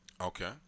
Okay